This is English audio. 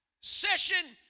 session